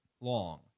long